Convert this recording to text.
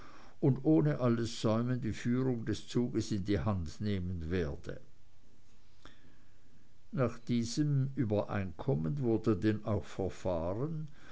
und ohne alles säumen die führung des zuges in die hand nehmen werde nach diesem übereinkommen wurde denn auch verfahren